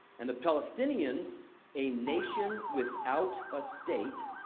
and the palestinians, a nation without a state,